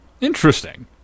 interesting